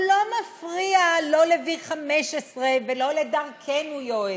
הוא לא מפריע לא ל-15V ולא ל"דרכנו", יואל,